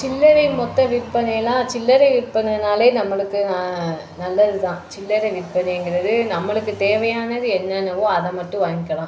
சில்லறை மொத்த விற்பனையெலாம் சில்லறை விற்பனையினாலே நம்மளுக்கு நல்லது தான் சில்லறை விற்பனைங்கிறது நம்மளுக்கு தேவையானது என்னனென்னவோ அதை மட்டும் வாங்கிக்கலாம்